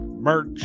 merch